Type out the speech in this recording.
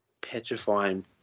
petrifying